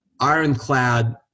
ironclad